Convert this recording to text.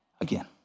again